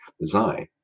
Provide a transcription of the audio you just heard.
design